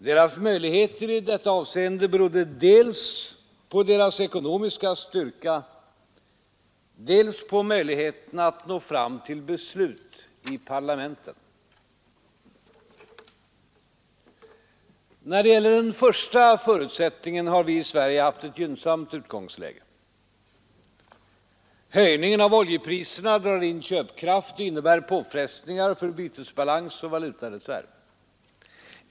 Deras möjligheter i detta avseende berodde dels på deras ekonomiska styrka, dels på möjligheten att nå fram till beslut i parlamenten. När det gäller den första förutsättningen har vi i Sverige haft ett gynnsamt utgångsläge. Höjningen av oljepriserna drar in köpkraft och innebär påfrestningar för bytesbalans och valutareserv.